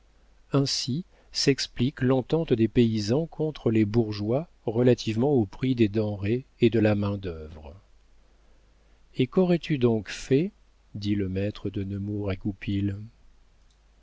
ainsi s'explique l'entente des paysans contre les bourgeois relativement aux prix des denrées et de la main-d'œuvre et quaurais tu donc fait dit le maître de nemours à goupil